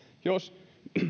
jos